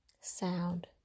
sound